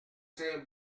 ces